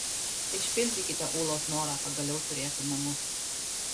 išpildykite ūlos norą pagaliau turėti namus